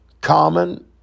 common